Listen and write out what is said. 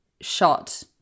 shot